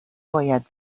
باید